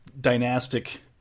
dynastic